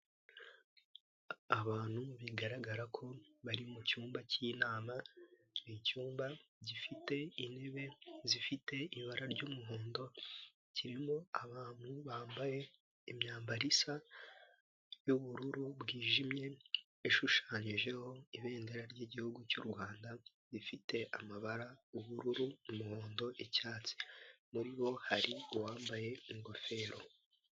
Abantu bigaragara ko bari mu cyumba cy'inama, ni icyumba gifite intebe zifite ibara ry'umuhondo, kirimo abantu bambaye imyambaro isa, y'ubururu bwijimye, ishushanyijeho ibendera ry'igihugu cy'u Rwanda, rifite amabara ubururu, umuhondo, icyatsi, muri bo hari uwambaye ingofero.